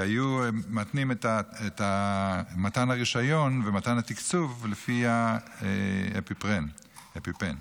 כי היו מתנים את מתן הרישיון ומתן התקצוב לפי האפינפרין או האפיפן.